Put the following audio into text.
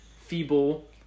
feeble